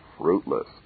fruitless